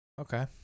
Okay